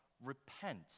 repent